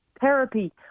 therapy